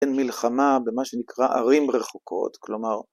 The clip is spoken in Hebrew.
אין מלחמה במה שנקרא ערים רחוקות, כלומר...